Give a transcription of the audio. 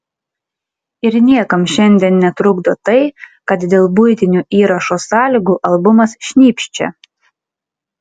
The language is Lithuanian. ir niekam šiandien netrukdo tai kad dėl buitinių įrašo sąlygų albumas šnypščia